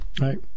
right